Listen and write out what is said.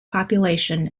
population